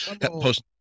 post